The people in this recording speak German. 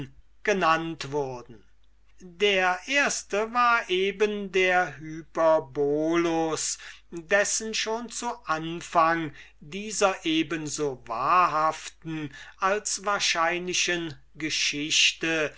genennet wurden der erste war eben der hyperbolus dessen schon zu anfang dieser eben so wahrhaften als wahrscheinlichen geschichte